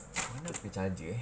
mana aku punya charger eh